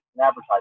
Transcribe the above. advertising